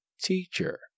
Teacher